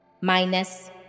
minus